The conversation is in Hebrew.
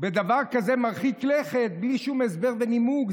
בדבר כזה מרחיק לכת בלי שום הסבר ונימוק.